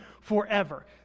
forever